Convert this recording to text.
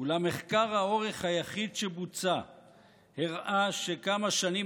אולם מחקר האורך היחיד שבוצע הראה שכמה שנים